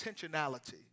intentionality